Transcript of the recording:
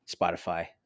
spotify